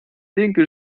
linke